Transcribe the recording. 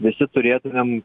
visi turėtumėm